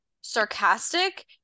sarcastic